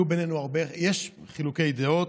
יש בינינו חילוקי דעות,